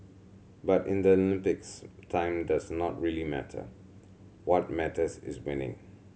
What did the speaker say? but in the Olympics time does not really matter what matters is winning